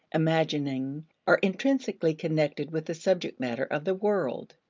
imagining are intrinsically connected with the subject matter of the world.